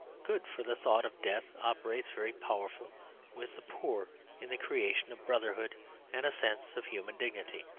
good for the thought of death operates very powerfully with the poor in the creation of brotherhood and a sense of human dignity.